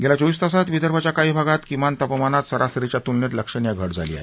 गेल्या चोवीस तासात विदर्भाच्या काही भागात किमान तापामानात सरसरीच्या तुलनेत लक्षणीय घट झाली आहे